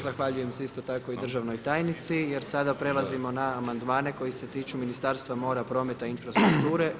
Zahvaljujem se isto tako i državnoj tajnici jer sada prelazimo na amandmane koji se tiču Ministarstva mora, prometa i infrastrukture.